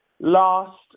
last